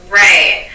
right